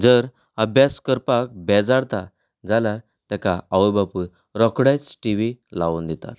जर अभ्यास करपाक बेजारता जाल्यार ताका आवय बापूय रोकडीच टिवी लावन दितात